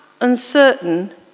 uncertain